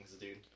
dude